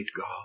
God